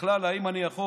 בכלל אם אני יכול